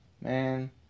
Man